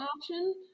option